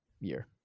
year